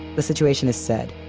the situationists said,